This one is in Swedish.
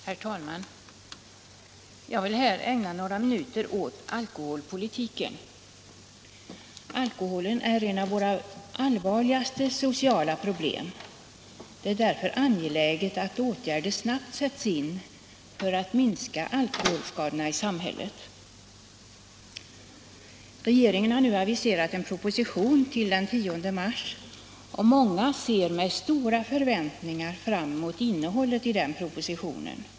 Herr talman! Jag vill här ägna några minuter åt alkoholpolitiken. Alkoholen är ett av våra allvarligaste sociala problem. Det är därför angeläget att åtgärder snabbt sätts in för att minska alkoholskadorna i samhället. Regeringen har nu aviserat en proposition i frågan till den 10 mars, och många ser med stora förväntningar fram emot innehållet i den propositionen.